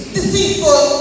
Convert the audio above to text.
Deceitful